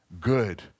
good